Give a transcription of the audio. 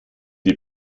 die